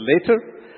later